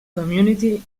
community